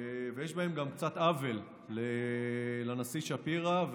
ויש בהם קצת עוול לנשיא שפירא,